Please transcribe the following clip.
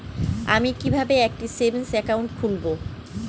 আমি কিভাবে একটি সেভিংস অ্যাকাউন্ট খুলব?